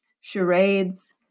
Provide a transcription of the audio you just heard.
charades